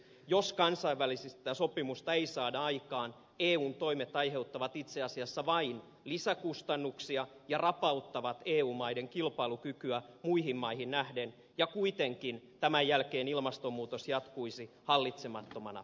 jos kansainvälistä sopimusta ei saada aikaan eun toimet aiheuttavat itse asiassa vain lisäkustannuksia ja rapauttavat eu maiden kilpailukykyä muihin maihin nähden ja kuitenkin tämän jälkeen ilmastonmuutos jatkuisi hallitsemattomana eteenpäin